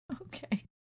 Okay